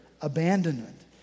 abandonment